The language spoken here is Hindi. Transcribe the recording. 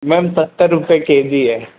मैम सत्तर रुपये के जी है